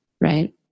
right